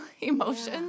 emotions